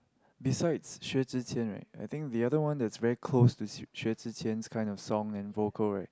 besides Xue-Zhi-Qian right I think the other one that very close to s~ Xue-Zhi-Qian's kind of song and vocal right